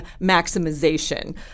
maximization